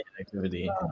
activity